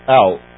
out